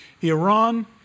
Iran